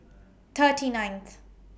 thirty ninth